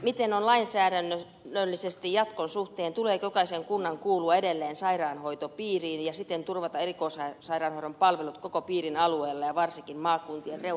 miten on lainsäädännöllisesti jatkon suhteen tuleeko jokaisen kunnan kuulua edelleen sairaanhoitopiiriin ja siten turvata erikoissairaanhoidon palvelut koko piirin alueella ja varsinkin maakuntien reuna alueilla